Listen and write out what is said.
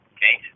Okay